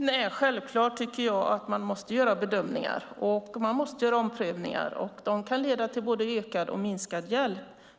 Fru talman! Självklart måste man göra bedömningar, och man måste göra omprövningar. De kan leda till både ökad och minskad hjälp.